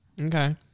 Okay